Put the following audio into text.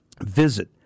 Visit